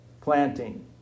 planting